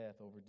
over